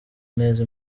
neza